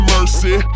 Mercy